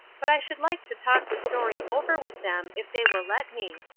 but i should like to talk the story over with them if they will let me.